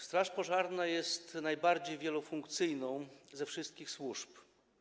Straż pożarna jest najbardziej wielofunkcyjną ze wszystkich służb.